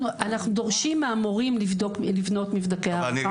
אנחנו דורשים מהמורים לבנות מבדקי הערכה.